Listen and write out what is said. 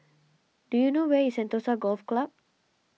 do you know where is Sentosa Golf Club